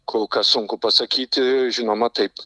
kol kas sunku pasakyti žinoma taip